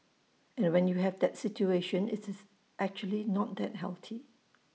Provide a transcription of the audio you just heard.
and when you have that situation it's actually not that healthy